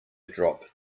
drop